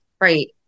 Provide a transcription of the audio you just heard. Right